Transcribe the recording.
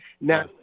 Now